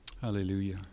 Hallelujah